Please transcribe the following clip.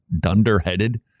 dunderheaded